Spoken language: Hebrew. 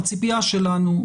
הציפייה שלנו,